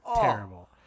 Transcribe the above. Terrible